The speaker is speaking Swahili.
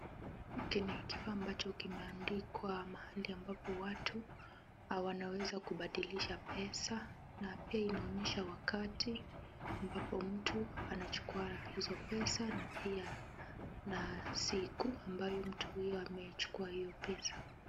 Hiki ni kifaa ambacho kimeandikwa mahali ambapo watu wanaweza kubadilisha pesa na pia inaonyesha wakati ambapo mtu anachukua hizo pesa na pia na siku ambayo mtu huyo amechukua hiyo pesa.